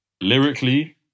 lyrically